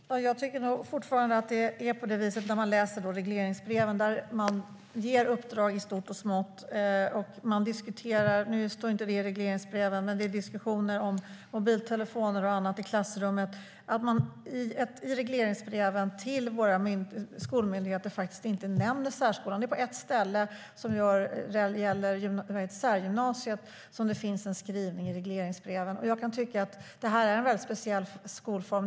Herr talman! Jag tycker fortfarande att det är allvarligt att man i regleringsbreven, där man ger uppdrag i stort och smått - det är diskussioner om mobiltelefoner och annat i klassrummet, även om det inte står i regleringsbreven - till våra skolmyndigheter inte nämner särskolan. På ett ställe som gäller särgymnasiet finns det en skrivning i regleringsbreven. Detta är en mycket speciell skolform.